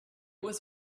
was